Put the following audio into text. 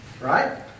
right